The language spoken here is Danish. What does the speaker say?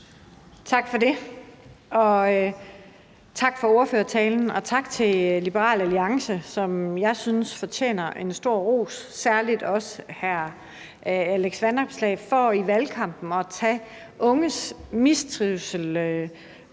Tak for det. Tak for ordførertalen, og tak til Liberal Alliance, som jeg synes fortjener en stor ros, særligt også hr. Alex Vanopslagh, for i valgkampen at tage unges mistrivsel og